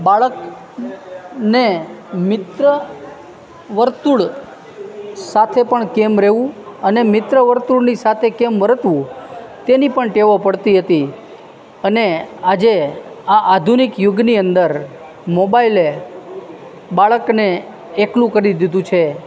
બાળકને મિત્ર વર્તુળ સાથે પણ કેમ રહેવું અને મિત્ર વર્તુળની સાથે કેમ વર્તવું તેની પણ તેઓ પડતી હતી અને આજે આ આધુનિક યુગની અંદર મોબાઈલ એ બાળકને એકલું કરી દીધું છે